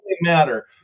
matter